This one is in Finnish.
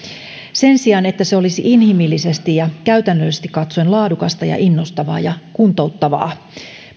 sen sijaan että se olisi inhimillisesti ja käytännöllisesti katsoen laadukasta ja innostavaa ja kuntouttavaa